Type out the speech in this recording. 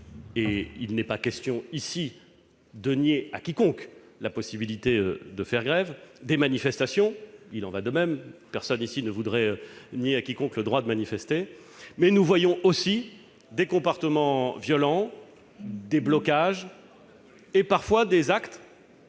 et il n'est pas question, ici, de dénier à quiconque la possibilité de faire grève -, des manifestations- de même, personne ici ne voudrait dénier à quiconque le droit de manifester. Toutefois, nous observons aussi des comportements violents, des blocages et, parfois, des actes